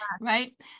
right